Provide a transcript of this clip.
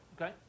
Okay